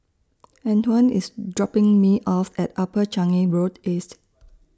Antwon IS dropping Me off At Upper Changi Road East